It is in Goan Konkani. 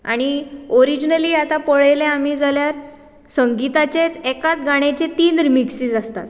आनी ओरिजनिली आतां पळयलें आमी जाल्यार संगिताचेंच एकाच गाण्याचें तीन रिमिक्स आसतात